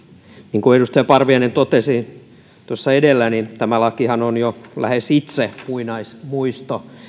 niin kuin edustaja parviainen totesi edellä tämä lakihan on itse jo lähes muinaismuisto